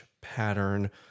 pattern